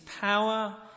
power